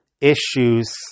issues